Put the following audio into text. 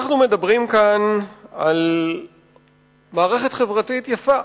אנחנו מדברים כאן על מערכת חברתית יפה.